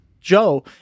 Joe